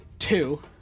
two